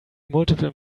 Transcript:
multiple